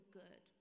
good